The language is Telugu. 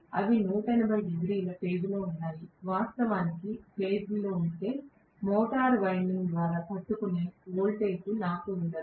అవి 180 డిగ్రీల ఫేజ్ లో ఉన్నాయి అవి వాస్తవానికి ఫేజ్ లో ఉంటే మోటారు వైండింగ్ ద్వారా తట్టుకునే వోల్టేజ్ నాకు ఉండదు